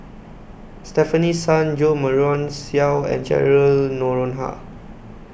Stefanie Sun Jo Marion Seow and Cheryl Noronha